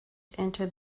into